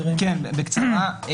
בקצרה.